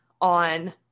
on